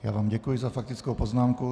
Já vám děkuji za faktickou poznámku.